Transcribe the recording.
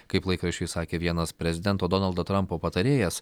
kaip laikraščiui sakė vienas prezidento donaldo trampo patarėjas